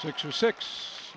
six or six